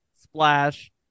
Splash